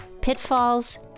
pitfalls